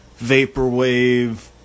Vaporwave